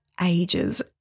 ages